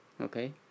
okay